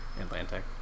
Atlantic